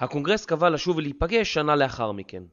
הקונגרס קבע לשוב ולהיפגש שנה לאחר מכן.